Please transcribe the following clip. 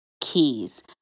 keys